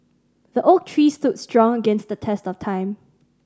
the oak tree stood strong against the test of time